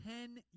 ten